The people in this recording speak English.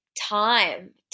time